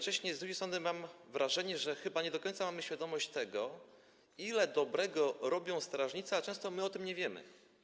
Z drugiej strony mam wrażenie, że chyba nie do końca mamy świadomość tego, ile dobrego robią strażnicy, a my często o tym nie wiemy.